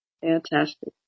Fantastic